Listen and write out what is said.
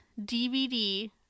DVD